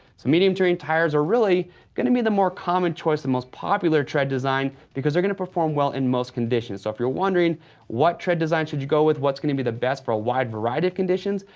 so medium terrain tires are really gonna make the more common choice, the most popular tread design, because they're gonna perform well in most conditions. so if you're wondering what tread design should you go with, what's gonna be the best for a wide variety of conditions,